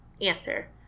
Answer